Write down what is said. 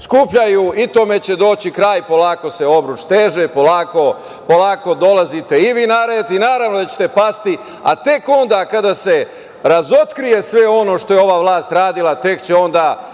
I tome će doći kraj, polako se obruč steže, polako dolazite i vi na red i naravno da ćete pasti. A tek onda kada se razotkrije sve ono što je ova vlast radila, tek će onda